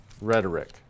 rhetoric